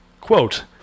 Quote